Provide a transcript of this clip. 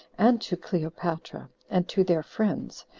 and to cleopatra, and to their friends,